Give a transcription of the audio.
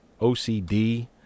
OCD